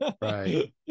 Right